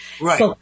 Right